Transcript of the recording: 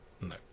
No